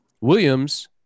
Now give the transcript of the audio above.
Williams